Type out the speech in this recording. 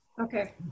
Okay